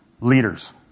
leaders